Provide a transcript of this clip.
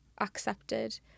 accepted